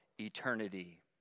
eternity